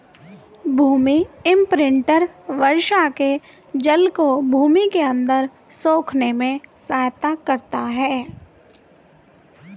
भूमि imprinter वर्षा के जल को भूमि के अंदर सोखने में सहायता करता है